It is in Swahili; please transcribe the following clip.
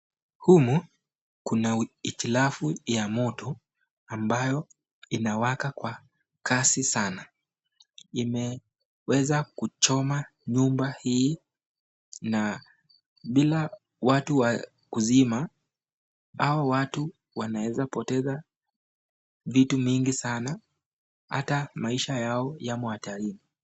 Humu kuna hitilafu ya moto ambayo inawaka kwa kasi sana. Imeweza kuchoma nyumba hii na bila watu wa kuzima hao watu wanaweza poteza vitu mingi sana hata maisha yao yamo hatarini.